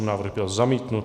Návrh byl zamítnut.